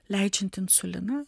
leidžiant insuliną